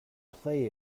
play